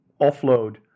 offload